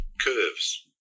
curves